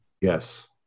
Yes